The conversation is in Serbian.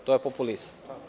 To je populizam.